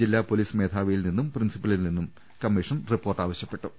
ജില്ലാ പൊലീസ് മേധാവിയിൽ നിന്നും പ്രിൻസിപ്പലിൽ നിന്നും കമ്മീഷൻ റിപ്പോർട്ട് ആവശ്യപ്പെട്ടിട്ടുണ്ട്